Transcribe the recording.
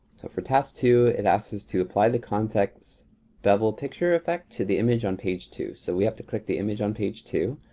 for task two it asks us to apply the context double picture effect to the image on page two. so we have to click the image on page two.